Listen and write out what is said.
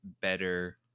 better